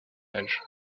âge